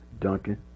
Duncan